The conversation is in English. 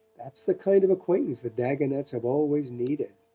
that's the kind of acquaintance the dagonets have always needed.